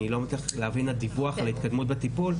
אז אני לא מצליח להבין את הדיווח על ההתקדמות בטיפול,